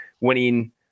winning